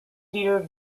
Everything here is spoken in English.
theatre